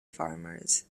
farmers